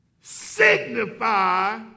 signify